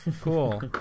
cool